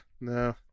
no